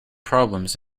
problems